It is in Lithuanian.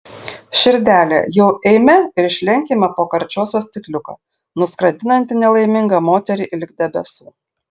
širdele jau eime ir išlenkime po karčiosios stikliuką nuskraidinantį nelaimingą moterį lig debesų